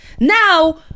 Now